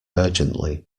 urgently